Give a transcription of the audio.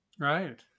Right